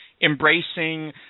embracing